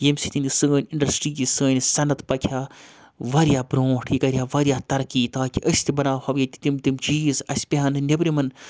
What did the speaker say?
ییٚمہِ سۭتۍ یہِ سٲنۍ اِنڈَسٹِرٛی یہِ سٲنِس صنعت پَکہِ ہا واریاہ برٛونٛٹھ یہِ کَرِہا واریاہ ترقی تاکہِ أسۍ تہِ بَناوہَو ییٚتہِ تِم تِم چیٖز اَسہِ پیٚیہِ ہا نہٕ نیٚبرِمٮ۪ن